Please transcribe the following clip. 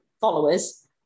followers